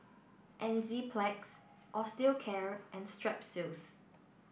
Enzyplex Osteocare and Strepsils